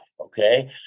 okay